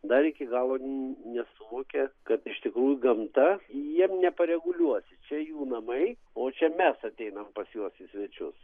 dar iki galo nesuvokia kad iš tikrųjų gamta jiem nepareguliuosi čia jų namai o čia mes ateinam pas juos į svečius